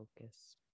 focus